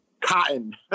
cotton